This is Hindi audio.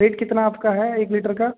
रेट कितना आपका है एक लीटर का